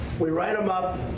we write them up.